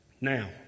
Now